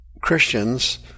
Christians